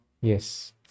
Yes